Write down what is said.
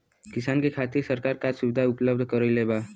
किसान के खातिर सरकार का सुविधा उपलब्ध करवले बा?